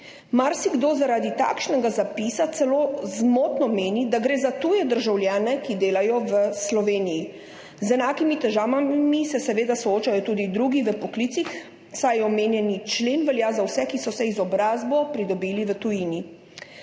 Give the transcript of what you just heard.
Marsikdo zaradi takšnega zapisa celo zmotno meni, da gre za tuje državljane, ki delajo v Sloveniji. Z enakimi težavami se seveda soočajo tudi v drugih poklicih, saj omenjeni člen velja za vse, ki so izobrazbo pridobili v tujini.